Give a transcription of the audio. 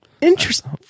interesting